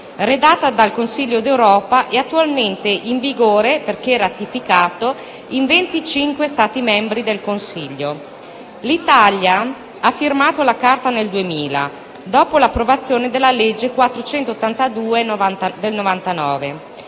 redatta dal Consiglio d'Europa e attualmente in vigore, perché ratificata, in 25 Stati membri del Consiglio. L'Italia ha firmato la Carta nel 2000, dopo l'approvazione della legge n. 482 del 1999,